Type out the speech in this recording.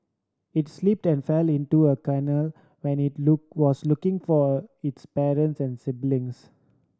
it slipped and fell into a canal when it look was looking for its parents and siblings